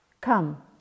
come